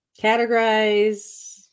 categorize